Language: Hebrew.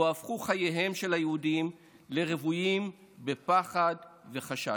שבו הפכו חייהם של היהודים רוויים בפחד וחשש,